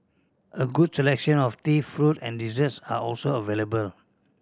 a good selection of tea fruit and desserts are also available